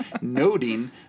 noting